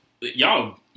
Y'all